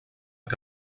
que